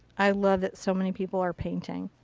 i love it. so many people are painting.